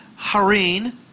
harin